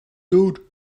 dude